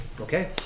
Okay